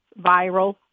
viral